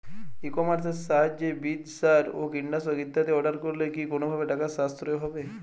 ই কমার্সের সাহায্যে বীজ সার ও কীটনাশক ইত্যাদি অর্ডার করলে কি কোনোভাবে টাকার সাশ্রয় হবে?